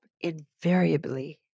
invariably